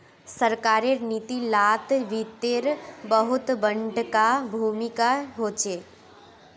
सरकारेर नीती लात वित्तेर बहुत बडका भूमीका होचे